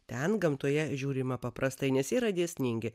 ten gamtoje žiūrima paprastai nes yra dėsningi